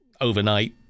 overnight